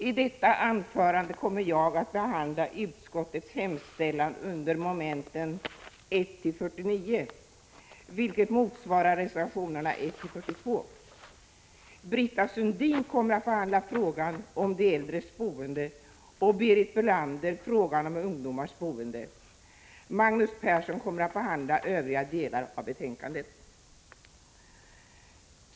I detta anförande kommer jag att behandla utskottets hemställan under momenten 149, vilket motsvarar reservationerna 142. Britta Sundin kommer att behandla frågan om de äldres boende och Berit Bölander frågan om ungdomars boende. Magnus Persson kommer att behandla övriga delar av betänkandet.